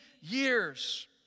years